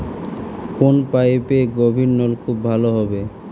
কোন পাইপে গভিরনলকুপ ভালো হবে?